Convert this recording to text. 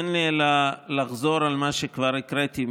אין לי אלא לחזור על מה שכבר הקראתי.